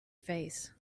face